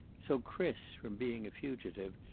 so chris, from being a fugitive,